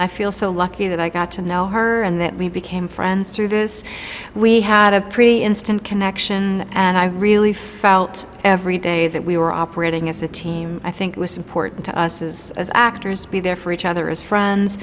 i feel so lucky that i got to know her and that we became friends through this we had a pretty instant connection and i really felt every day that we were operating as a team i think it was important to us as as actors be there for each other as friends